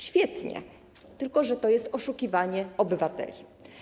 Świetnie, tylko że to jest oszukiwanie obywateli.